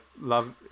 love